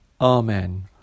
Amen